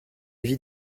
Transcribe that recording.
vie